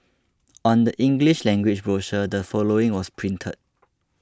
on the English language brochure the following was printed